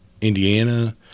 Indiana